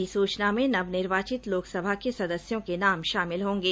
अधिसुचना में नव निर्वाचित लोकसभा के सदस्यों के नाम शामिल होंगे